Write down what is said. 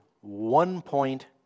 one-point